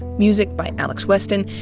music by alex weston,